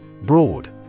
Broad